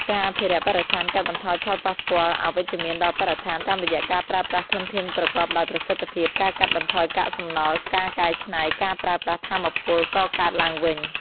ការអភិរក្សបរិស្ថានកាត់បន្ថយផលប៉ះពាល់អវិជ្ជមានដល់បរិស្ថាន តាមរយៈការប្រើប្រាស់ធនធានប្រកបដោយប្រសិទ្ធភាព ការកាត់បន្ថយកាកសំណល់ ការកែច្នៃ ការប្រើប្រាស់ថាមពលកកើតឡើងវិញ ។